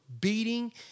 beating